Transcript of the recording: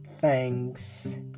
Thanks